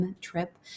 Trip